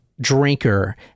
drinker